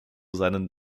seinen